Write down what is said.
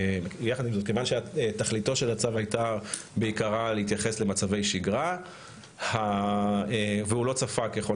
כיוון שתכליתו של הצו הייתה בעיקרה להתייחס למצבי שגרה והוא לא צפה ככל